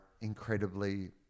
incredibly